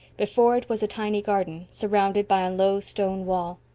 before it was a tiny garden, surrounded by a low stone wall.